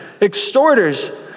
extorters